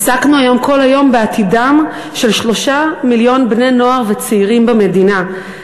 עסקנו היום כל היום בעתידם של 3 מיליון בני-נוער וצעירים במדינה,